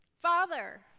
Father